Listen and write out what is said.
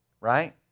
Right